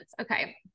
okay